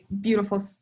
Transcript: beautiful